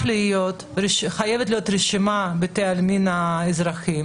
חייבת להיות רשימה של בתי העלמין האזרחים,